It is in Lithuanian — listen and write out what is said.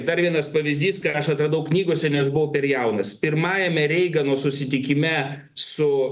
dar vienas pavyzdys ką aš atradau knygose nes buvau per jaunas pirmajame reigano susitikime su